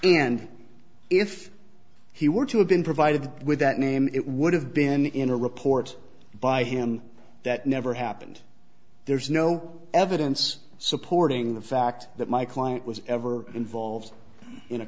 and if he were to have been provided with that name it would have been in a report by him that never happened there's no evidence supporting the fact that my client was ever involved in a